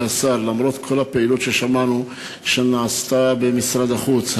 השר: למרות כל הפעילות ששמענו שנעשתה במשרד החוץ,